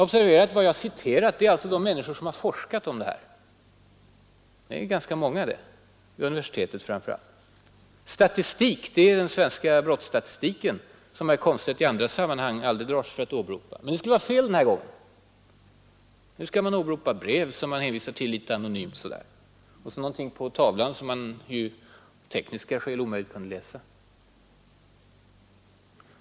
Observera att vad jag har citerat är uttalanden av de människor som har forskat om det här. Det är ganska många, framför allt vid Stockholms universitet. Och statistiken är den svenska domstolsstatistiken, som herr Komstedt i andra sammanhang inte drar sig för att åberopa. Men nu skulle det alltså vara fel att här åberopa den statistiken. Nu skall man i stället åberopa brev, som man hänvisar till litet anonymt, och någonting på TV-skärmen som det av tekniska skäl var omöjligt att läsa.